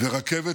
ורכבת